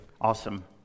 Awesome